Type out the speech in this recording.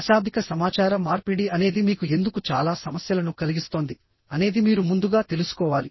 అశాబ్దిక సమాచార మార్పిడి అనేది మీకు ఎందుకు చాలా సమస్యలను కలిగిస్తోంది అనేది మీరు ముందుగా తెలుసుకోవాలి